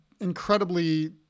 incredibly